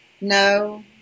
no